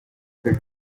her